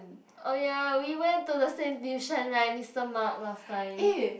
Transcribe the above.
oh ya we went to the same tuition right Mister Mark last time